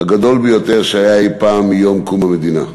הגדול ביותר שהיה אי-פעם מיום קום המדינה.